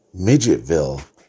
Midgetville